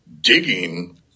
digging